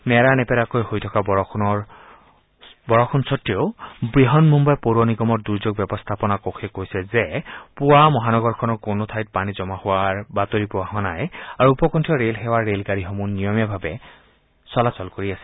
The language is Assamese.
নেৰানেপেৰাকৈ হৈ থকা ধাৰাষাৰ বৰষুণ সত্বেও বৃহনমুন্বাই পৌৰ নিগমৰ দুৰ্যোগ ব্যৱস্থাপনা কোষে কৈছে যে পুৱা মহানগৰখনৰ কোনো ঠাইত পানী জমা হোৱাৰ বাতৰি পোৱা হোৱা নাই আৰু উপকণ্ঠীয় ৰেল সেৱাৰ ৰেলগাড়ীসমূহ নিয়মীয়াভাৱে চলি আছে